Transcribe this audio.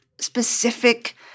specific